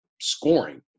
scoring